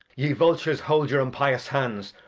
ye vultures, hold your impious hands,